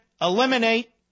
eliminate